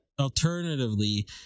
Alternatively